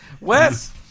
Wes